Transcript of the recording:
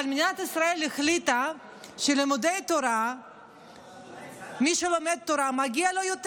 אבל מדינת ישראל החליטה שלמי שלומד תורה מגיע יותר.